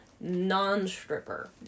non-stripper